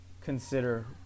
consider